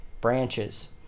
branches